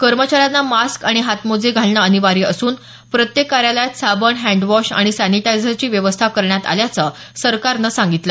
कर्मचाऱ्यांना मास्क आणि हातमोज घालणं अनिवार्य असून प्रत्येक कार्यालयात साबण हॅण्डवॉश आणि सॅनिटायझरची व्यवस्था करण्यात आल्याचं सरकारनं सांगितलं